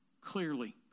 clearly